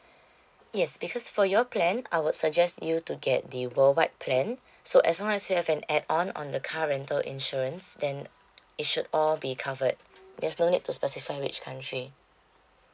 yes because for your plan I would suggest you to get the worldwide plan so as long as you have an add on on the car rental insurance then it should all be covered there's no need to specify which country